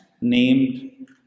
named